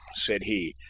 said he,